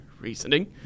reasoning